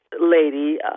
lady